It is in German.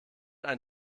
ein